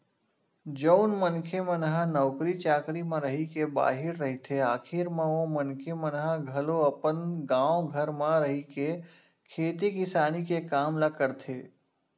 जउन मनखे मन ह नौकरी चाकरी म रहिके बाहिर रहिथे आखरी म ओ मनखे मन ह घलो अपन गाँव घर म रहिके खेती किसानी के काम ल करथे